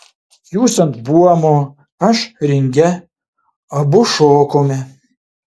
jūs ant buomo aš ringe abu šokome